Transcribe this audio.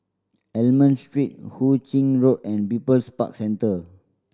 Almond Street Hu Ching Road and People's Park Centre